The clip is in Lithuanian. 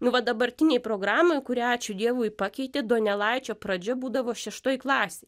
nu va dabartinėj programoj kurią ačiū dievui pakeitė donelaičio pradžia būdavo šeštoj klasėj